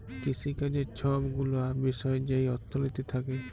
কিসিকাজের ছব গুলা বিষয় যেই অথ্থলিতি থ্যাকে